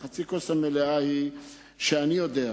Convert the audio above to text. חצי הכוס המלאה היא שאני יודע,